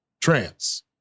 trans